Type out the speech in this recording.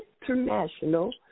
international